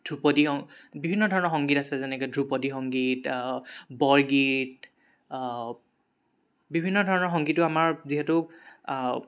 ধ্ৰুপদীয় বিভিন্ন ধৰণৰ সংগীত আছে যেনেকৈ ধ্ৰুপদী সংগীত বৰগীত বিভিন্ন ধৰণৰ সংগীতো আমাৰ যিহেতু